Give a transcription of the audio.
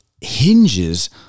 hinges